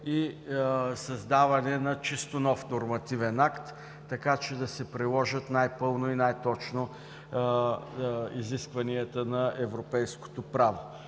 и създаване на чисто нов нормативен акт, така че да се приложат най-пълно и най-точно изискванията на европейското право.